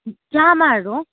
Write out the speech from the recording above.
जामाहरू हो